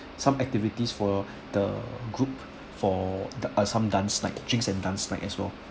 some activities for the group for the assam dance like chi~ and dance night as well